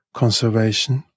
conservation